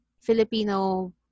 Filipino